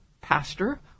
pastor